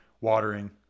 watering